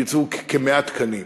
יצאו כ-100 תקנים,